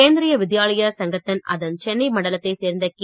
கேந்திரிய வித்யாலயா சங்கட்டன் அதன் சென்னை மண்டலத்தைச் சேர்ந்த கே